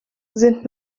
sind